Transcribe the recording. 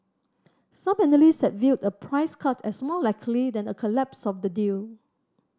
some analyst had viewed a price cut as more likely than a collapse of the deal